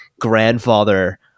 grandfather